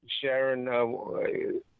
Sharon